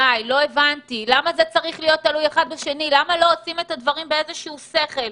למה לא עושים את הדברים בשכל,